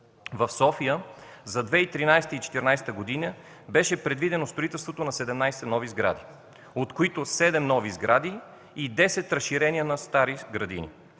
В София за 2013 и 2014 г. беше предвидено строителството на 17 сгради, от които 7 нови сгради и 10 разширения на стари градини,